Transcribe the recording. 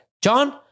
John